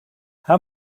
how